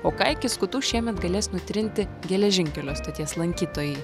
o ką iki skutų šiemet galės nutrinti geležinkelio stoties lankytojai